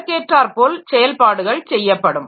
அதற்கேற்றார்போல் செயல்பாடுகள் செய்யப்படும்